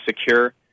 secure